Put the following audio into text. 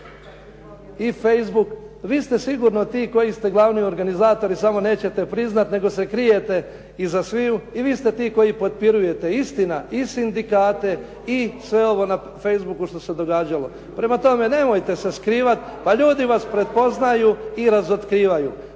i facebook, vi ste sigurno ti koji ste glavni organizatori samo nećete priznati, nego se krijete iza sviju. I vi ste ti koji potpirujete, istina i sindikate i sve ovo na facebooku što se događalo. Prema tome, nemojte se skrivat, pa ljudi vas prepoznaju i razotkrivaju.